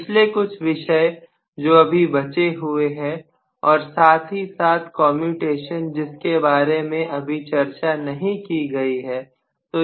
पिछले कुछ विषय जो अभी बचे हुए हैं और साथ ही साथ कोम्यूटेशन जिसके बारे में अभी चर्चा नहीं की गई है